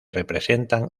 representan